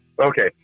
Okay